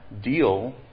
deal